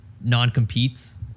non-competes